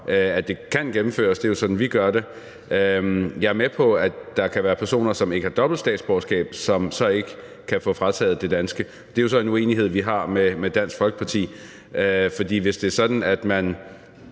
at det kan gennemføres; det er jo sådan, vi gør det. Jeg er med på, at der kan være personer, som ikke har dobbelt statsborgerskab, som så ikke kan få frataget det danske. Det er så en uenighed, vi har, med Dansk Folkeparti, for hvis det er sådan, at man